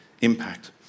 impact